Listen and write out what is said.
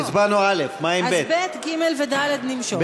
אז (ב), (ג) ו-(ד) נמשוך.